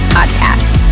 Podcast